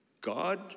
God